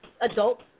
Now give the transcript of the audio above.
adult